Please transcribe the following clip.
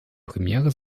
premiere